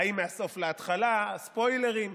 האם מהסוף להתחלה, הספוילרים?